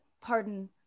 pardon